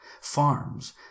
farms